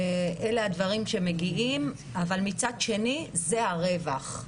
אלה הדברים שמגיעים, אבל מצד שני זה הרווח.